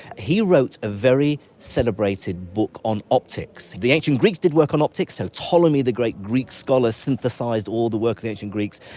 he wrote a very celebrated book on optics. the ancient greeks did work on optics, so ptolemy the great greek scholar synthesised all the work of the ancient greeks.